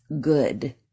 good